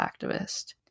activist